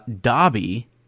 Dobby